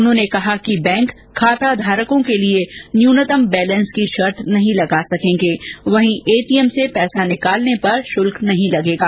उन्होंने कहा कि बैंक खाता धारकों के लिए न्यूनतम बैलेंस की शर्त नहीं लगा सकेंगे एटीएम से पैसा निकालने पर शुल्क नहीं लगेगा